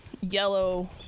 yellow